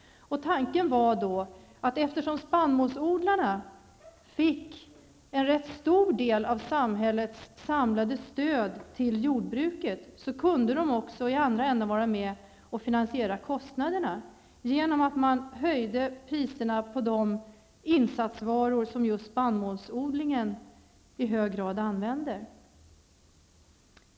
Tanken var att eftersom spannmålsodlarna fick en rätt stor del av samhällets samlade stöd till jordbruket kunde de också i andra ändan vara med och finansiera kostnaderna genom att man höjde priserna på de insatsvaror som spannmålsodlingen i stor utsträckning använder.